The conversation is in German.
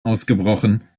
ausgebrochen